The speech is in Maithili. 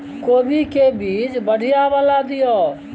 कोबी के बीज बढ़ीया वाला दिय?